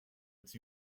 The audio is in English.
its